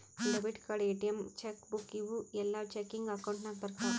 debit card, ATM, cheque book ಇವೂ ಎಲ್ಲಾ checking account ನಾಗ್ ಬರ್ತಾವ್